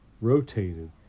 rotated